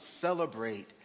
celebrate